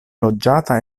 loĝata